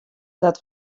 dat